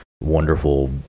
wonderful